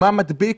מה שמדביק